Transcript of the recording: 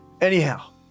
Anyhow